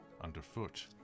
underfoot